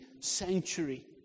sanctuary